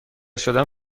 شدن